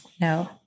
no